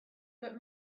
but